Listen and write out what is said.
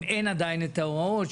אם אין עדיין את ההוראות,